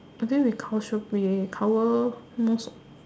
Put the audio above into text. I think we call should be cover most